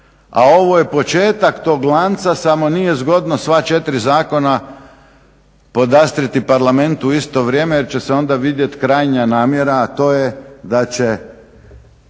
a ovo je početak tog lanca, samo nije zgodno sva četiri zakona podastrijeti parlamentu u isto vrijeme jer će se onda vidjet krajnja namjera, a to je da će